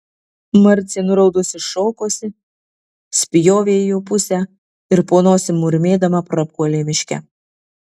marcė nuraudusi šokosi spjovė į jo pusę ir po nosim murmėdama prapuolė miške